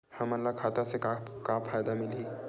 हमन ला खाता से का का फ़ायदा मिलही?